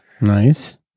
Nice